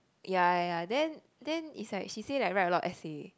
ya ya ya then then it's like she say like write a lot of essay